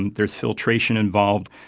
and there's filtration involved.